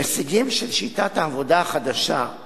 הישגים של שיטת העבודה החדשה,